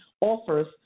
offers